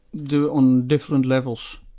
do it on different levels.